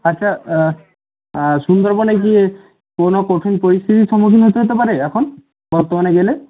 আচ্ছা আর সুন্দরবনে গিয়ে কোনো পশুর পরিস্থিতির সম্মুখীন হতে হতে পারে এখন বর্তমানে গেলে